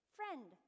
Friend